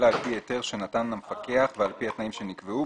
אלא על פי היתר שנתן המפקח ועל פי התנאים שנקבעו